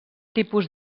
tipus